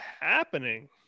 happening